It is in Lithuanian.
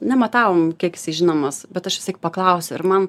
nematavom kiek jisai žinomas bet aš visąlaik paklausiu ir man